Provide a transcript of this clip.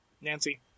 Nancy